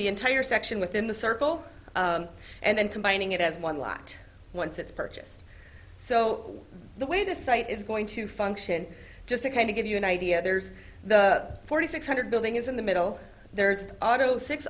the entire section within the circle and then combining it as one lot once it's purchased so the way the site is going to function just to kind of give you an idea there's the forty six hundred building is in the middle there's an auto six